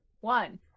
one